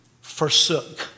forsook